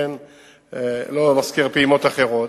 לא נזכיר פעימות אחרות.